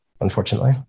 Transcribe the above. unfortunately